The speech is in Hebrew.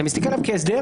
הדבר הזה